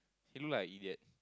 he look like a idiot